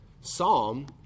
psalm